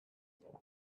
there